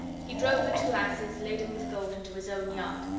he drove the two asses laden with gold into his own yard,